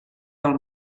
del